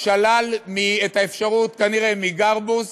שלל כנראה את האפשרות מגרבוז